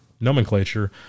nomenclature